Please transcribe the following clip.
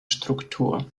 struktur